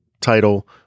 title